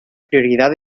prioridad